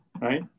right